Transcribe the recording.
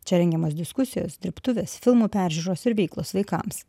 čia rengiamos diskusijos dirbtuvės filmų peržiūros ir veiklos vaikams